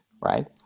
right